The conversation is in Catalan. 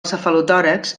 cefalotòrax